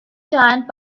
giant